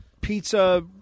pizza